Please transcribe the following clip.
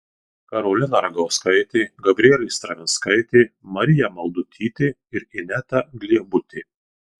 karolina ragauskaitė gabrielė stravinskaitė marija maldutytė ir ineta gliebutė